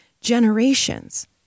generations